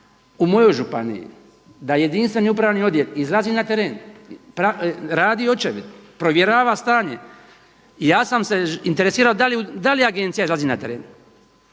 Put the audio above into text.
u mojoj županiji da jedinstveni upravni odjel izrazi na teren, radi očevid, provjera stanje i ja sam se interesirao da li Agencija izlazi na teren.